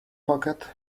pocket